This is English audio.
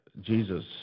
Jesus